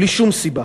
בלי שום סיבה.